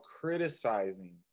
criticizing